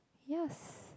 yes